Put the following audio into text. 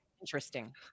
Interesting